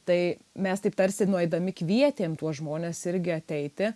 tai mes taip tarsi nueidami kvietėm tuos žmones irgi ateiti